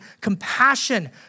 compassion